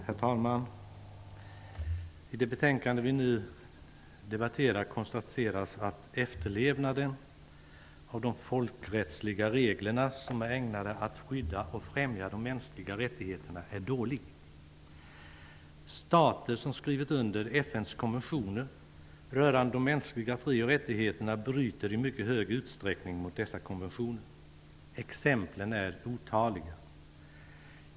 Herr talman! I det betänkande vi nu debatterar konstateras att efterlevnaden av de folkrättsliga regler som är ägnade att skydda och främja de mänskliga rättigheterna är dålig. Stater som skrivit under FN:s konventioner rörande de mänskliga frioch rättigheterna bryter i mycket hög utsträckning mot dessa konventioner. Exemplen är otaliga.